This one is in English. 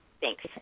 Thanks